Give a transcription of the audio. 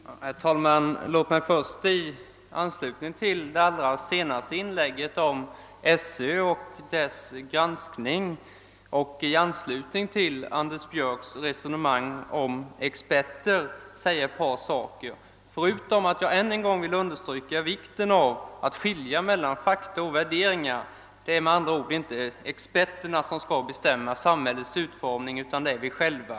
Herr talman! Låt mig först i anslutning till det allra senaste inlägget om SÖ och dess granskning och i anslutning till herr Anders Björcks resonemang om experter få säga ett par saker, förutom det att jag än en gång vill understryka vikten av att skilja mellan fakta och värderingar. Det är med andra ord inte experterna som skall bestämma samhällets utformning, utan det är vi själva.